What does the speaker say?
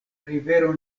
rivero